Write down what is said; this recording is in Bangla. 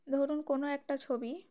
ধরুন কোনো একটা ছবি